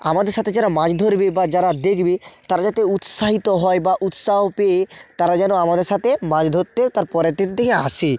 আমাদের সাথে যারা মাছ ধরবে বা যারা দেখবে তারা যাতে উৎসাহিত হয় বা উৎসাহ পেয়ে তারা যেন আমাদের সাথে মাছ ধরতে তার পরের দিন থেকে আসে